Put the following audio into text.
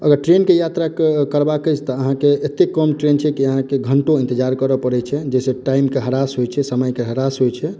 अगर ट्रैन के यात्रा के करबाक अछि त अहाँ के एते कम ट्रैन छै की अहाँ के घंटो इन्तजार करय परै छै जाहिसॅं टाइम के ह्रास होइ छै समय के ह्रास होइ छै